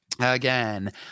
again